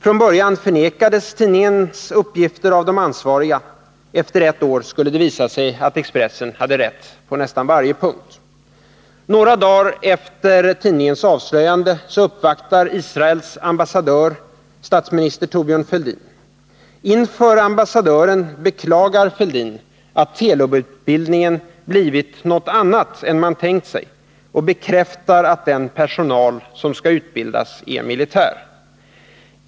Från början förnekades tidningens uppgifter av de ansvariga. Efter ett år skulle det visa sig att Expressen hade rätt på nästan varje punkt. Några dagar efter tidningens avslöjande uppvaktar Israels ambassadör statsminister Thorbjörn Fälldin. Inför ambassadören beklagar Thorbjörn Fälldin att Telub-utbildningen blivit något annat än vad man tänkt sig och bekräftar att den personal som skall utbildas är militär.